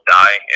die